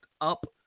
up